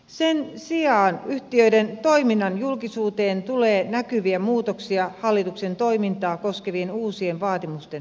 sen sijaan yhtiöiden toiminnan julkisuuteen tulee näkyviä muutoksia hallituksen toimintaa koskevien uusien vaatimusten myötä